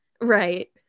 right